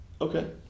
Okay